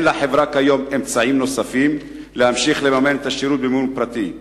אין לחברה כיום אמצעים נוספים להמשיך לממן את השירות במימון פרטי.